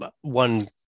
one